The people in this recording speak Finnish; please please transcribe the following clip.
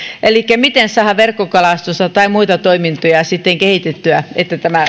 elikkä miten saadaan verkkokalastusta tai muita toimintoja sitten kehitettyä että tämä